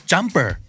Jumper